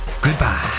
goodbye